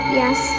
yes